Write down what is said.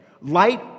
Light